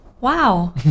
Wow